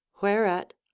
Whereat